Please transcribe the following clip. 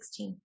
2016